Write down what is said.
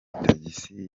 tagisi